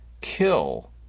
kill